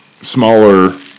smaller